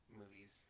movies